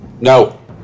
No